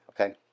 okay